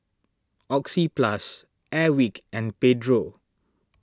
Oxyplus Airwick and Pedro